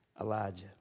Elijah